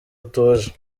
utuje